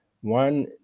One